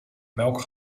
melk